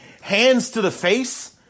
hands-to-the-face